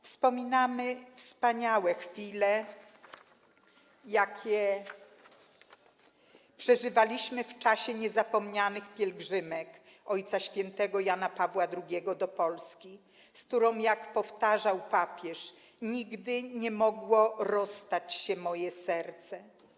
Wspominamy wspaniałe chwile, jakie przeżywaliśmy w czasie niezapomnianych pielgrzymek Ojca Świętego Jana Pawła II do Polski, z którą, jak powtarzał papież: nigdy nie mogło rozstać się moje serce.